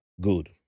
good